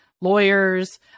lawyers